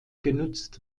genutzt